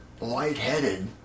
lightheaded